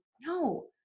No